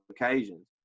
occasions